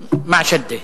"שַׁדֶה".